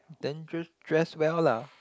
then just dress well lah